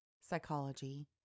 psychology